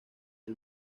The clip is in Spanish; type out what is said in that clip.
del